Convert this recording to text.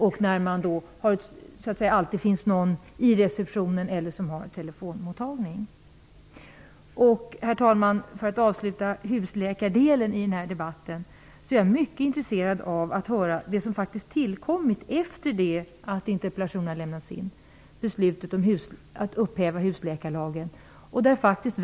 På en vårdcentral finns det ju alltid någon i receptionen eller någon som har telefonmottagning. Herr talman! För att avsluta husläkardelen i denna debatt skulle jag vilja höra vad som tillkommit efter det att interpellationen lämnades in, vad gäller beslutet om att upphäva husläkarlagen. Det är jag mycket intresserad av.